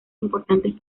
importantes